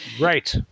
Right